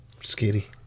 scary